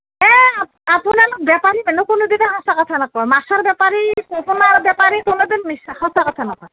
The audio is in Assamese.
এ আপোনালোক বেপাৰী মানুহ কোনোদিনে সঁচা কথা নকয় মাছৰ বেপাৰী সোণৰ বেপাৰী কোনোদিন মিছা সঁচা কথা নকয়